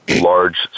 large